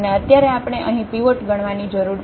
અને અત્યારે આપણે અહીં પીવોટ ગણવાની જરૂર છે